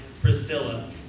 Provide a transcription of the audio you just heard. Priscilla